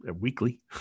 weekly